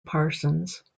parsons